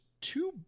two